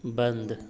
बंद